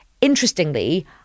Interestingly